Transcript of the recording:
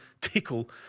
tickle